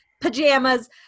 pajamas